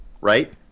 right